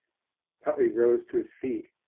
huntley rose to his feet.